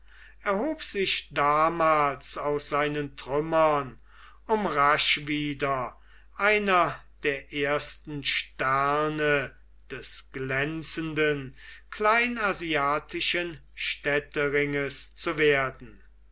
erhob sich damals aus seinen trümmern um rasch wieder einer der ersten sterne des glänzenden kleinasiatischen städteringes zu werden